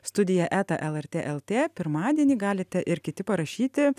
studija eta lrt lt pirmadienį galite ir kiti parašyti